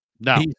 No